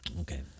Okay